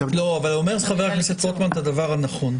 אבל אומר חבר הכנסת רוטמן דבר נכון: